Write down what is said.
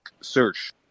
search